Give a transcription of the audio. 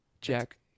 Jack